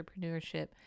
entrepreneurship